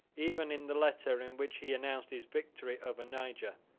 even in the letter, in which he announced his victory over niger,